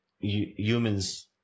humans